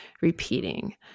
repeating